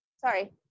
sorry